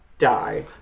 die